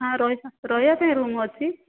ହଁ ରହିବା ରହିବା ପାଇଁ ରୁମ ଅଛି